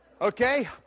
Okay